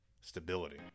stability